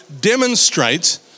demonstrate